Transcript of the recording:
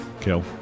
kill